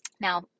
Now